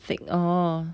thicc orh